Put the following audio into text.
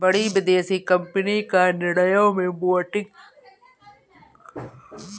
बड़ी विदेशी कंपनी का निर्णयों में वोटिंग का अधिकार हमारे नियंत्रण को कमजोर करेगा